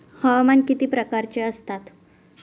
हवामान किती प्रकारचे असतात?